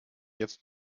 jetzt